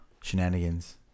shenanigans